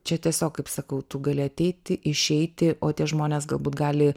čia tiesiog kaip sakau tu gali ateiti išeiti o tie žmonės galbūt gali